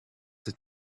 het